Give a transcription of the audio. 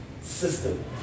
system